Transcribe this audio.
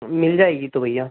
मिल जाएगी तो भैया